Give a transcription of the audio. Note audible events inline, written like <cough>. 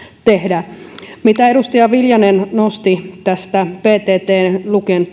tehdä kun edustaja viljanen nosti tämän pttn ja luken <unintelligible>